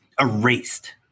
erased